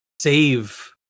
save